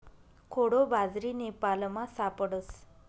कोडो बाजरी नेपालमा सापडस